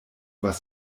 was